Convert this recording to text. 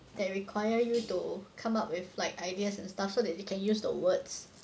that require you to come up with like ideas and stuffs so that you can use the words